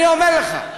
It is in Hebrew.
אני אומר לך: